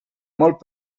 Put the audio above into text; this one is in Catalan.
molt